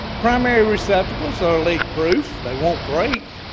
primary receptacles are leak proof. they won't break.